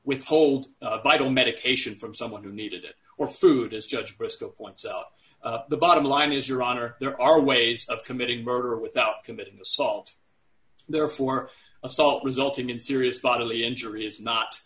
withhold vital medication from someone who needed it or through this judge briscoe points out the bottom line is your honor there are ways of committing murder without committing assault therefore assault resulting in serious bodily injury is not